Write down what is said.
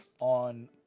on